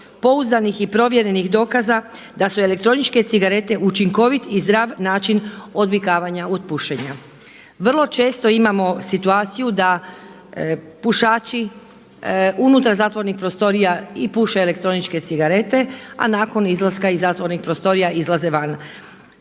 pouzdanih i provjerenih dokaza da su elektroničke cigarete učinkovit i zdrav način odvikavanja od pušenja. Vrlo često imamo situaciju da pušači unutar zatvorenih prostorija puše i elektroničke cigarete, a nakon izlaska iz zatvorenih prostorija izlaze van.